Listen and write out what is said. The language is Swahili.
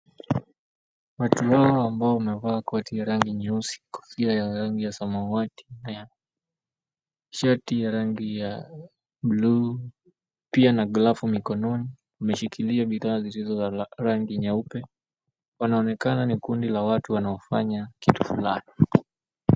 Watu hawa ambao wamevaa koti la rangi nyeusi na kofia ya rangi ya samawati. Shati ya rangi ya bluu. Pia na glavu mikononi. Wameshikilia bidhaa zilizo za rangi nyeupe. Wanaonekana ni kundi la watu wanaofanya kitu fulani.